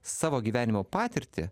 savo gyvenimo patirtį